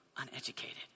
uneducated